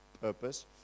purpose